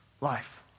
Life